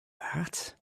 that